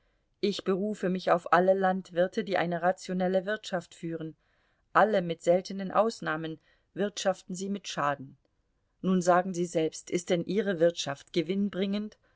ich berufe mich auf alle landwirte die eine rationelle wirtschaft führen alle mit seltenen ausnahmen wirtschaften sie mit schaden nun sagen sie selbst ist denn ihre wirtschaft gewinnbringend